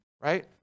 Right